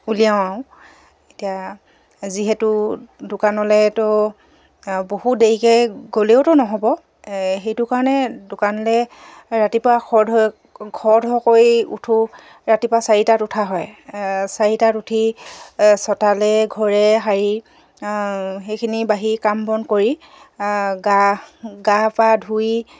উলিয়াওঁ আৰু এতিয়া যিহেতু দোকানলেতো বহু দেৰিকে গ'লেওতো নহ'ব সেইটো কাৰণে দোকানলে ৰাতিপুৱা খৰধৰকৈ উঠোঁ ৰাতিপুৱা চাৰিটাত উঠা হয় চাৰিটাত উঠি চোতালে ঘৰে সাৰি সেইখিনি বাহি কাম বন কৰি গা পা ধুই